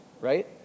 right